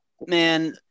man